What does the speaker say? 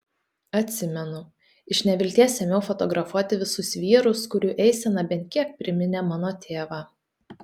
atsimenu iš nevilties ėmiau fotografuoti visus vyrus kurių eisena bent kiek priminė mano tėvą